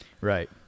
right